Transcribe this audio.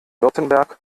württemberg